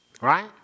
Right